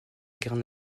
garde